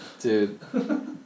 Dude